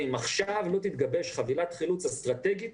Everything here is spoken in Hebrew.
אם עכשיו לא תתגבש חבילת חילוץ אסטרטגית